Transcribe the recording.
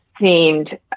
seemed